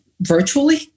virtually